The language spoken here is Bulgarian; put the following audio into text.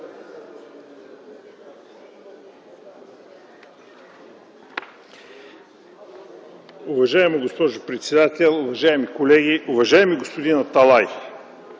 Уважаема госпожо председател, уважаеми колеги, уважаеми господин Аталай.